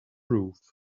roof